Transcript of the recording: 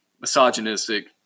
misogynistic